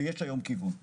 ויש היום כיוון.